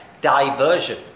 diversion